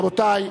רבותי,